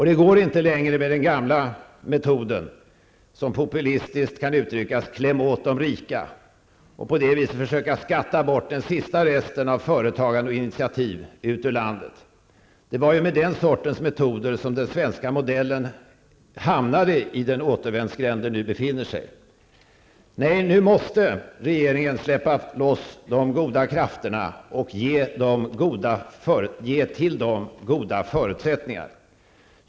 Det går inte längre med den gamla metoden, som populistiskt kan uttryckas ''kläm-åt-de-rika'' och på det viset försöka skatta bort den sista resten av företagande och initiativ ut ur landet. Det var ju med den sortens metoder som den svenska modellen hamnade i den återvändsgränd den nu befinner sig i. Nej, nu måste regeringen släppa loss de goda krafterna och ge till dem goda förutsättningar.